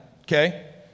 okay